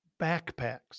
backpacks